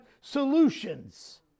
solutions